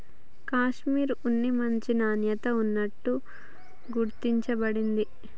కాషిమిర్ ఉన్ని మంచి నాణ్యత ఉన్నట్టు గుర్తించ బడింది